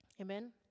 Amen